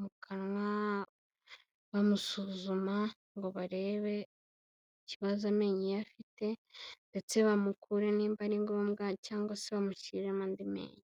mu kanwa, bamusuzuma ngo barebe ikibazo amenyo afite, ndetse bamukure nimba ari ngombwa cyangwa se bamushyiriremo andi menyo.